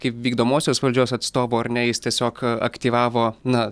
kaip vykdomosios valdžios atstovo ar ne jis tiesiog aktyvavo na